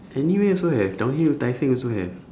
anywhere also have down here tai seng also have